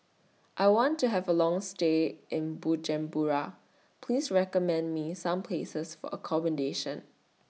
I want to Have A Long stay in Bujumbura Please recommend Me Some Places For accommodation